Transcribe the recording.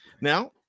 Now